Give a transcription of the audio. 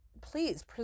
please